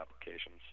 applications